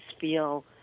feel